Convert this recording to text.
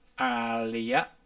Alia